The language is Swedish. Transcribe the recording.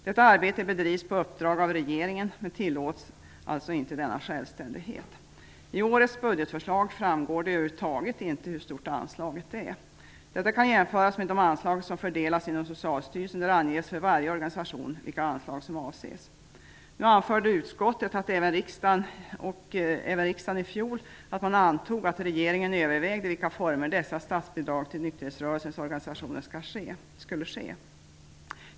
Detta arbete bedrivs på uppdrag av regeringen, men tillåts alltså inte denna självständighet. I årets budgetförslag framgår det över huvud taget inte hur stort anslaget är. Detta kan jämföras med de anslag som fördelas genom Socialstyrelsen. Där anges för varje organisation vilka anslag som avses. Utskottet och även riksdagen anförde i fjol att man antog att regeringen övervägde vilka former dessa statsbidrag till nykterhetsrörelsens organisationer skulle få.